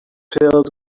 filled